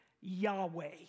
Yahweh